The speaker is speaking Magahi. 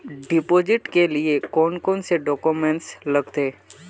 डिपोजिट के लिए कौन कौन से डॉक्यूमेंट लगते?